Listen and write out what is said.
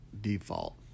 default